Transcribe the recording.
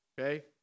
Okay